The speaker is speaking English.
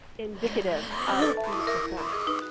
indicative of student performance.